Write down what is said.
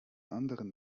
anderen